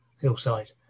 hillside